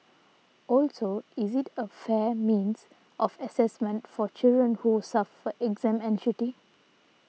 also is it a fair means of assessment for children who suffer exam anxiety